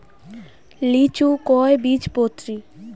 লিচু কয় বীজপত্রী?